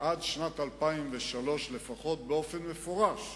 עד שנת 2003, לפחות באופן מפורש,